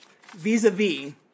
vis-a-vis